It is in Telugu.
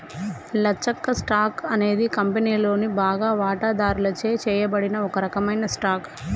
లచ్చక్క, స్టాక్ అనేది కంపెనీలోని బాగా వాటాదారుచే చేయబడిన ఒక రకమైన స్టాక్